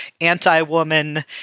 anti-woman